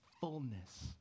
fullness